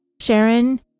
sharon